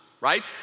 right